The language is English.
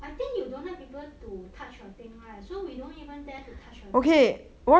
I think you don't like people to touch your thing right so we don't even dare to touch your thing